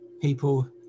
People